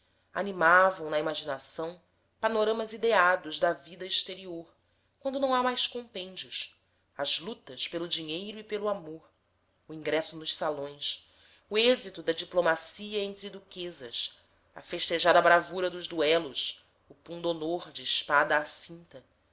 animavam na imaginação panoramas ideados da vida exterior quando não há mais compêndios as lutas pelo dinheiro e pelo amor o ingresso nos salões o êxito da diplomacia entre duquesas a festejada bravura dos duelos o pundonor de espada à cinta